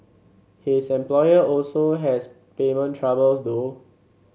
his employer also has payment troubles though